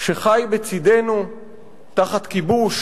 שחי בצדנו תחת כיבוש